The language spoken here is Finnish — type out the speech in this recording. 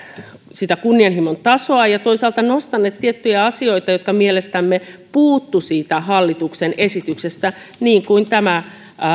sitä kunnianhimon tasoa ja toisaalta nostaneet tiettyjä asioita jotka mielestämme puuttuivat siitä hallituksen esityksestä niin kuin tämä